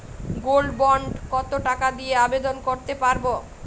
Gold bond কত টাকা দিয়ে আবেদন করতে পারবো?